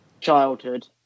childhood